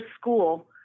school